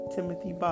Timothy